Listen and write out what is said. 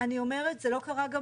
אני אומרת, זה לא קרה גם